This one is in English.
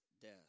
death